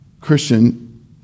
Christian